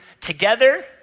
together